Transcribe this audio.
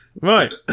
Right